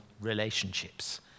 relationships